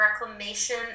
Reclamation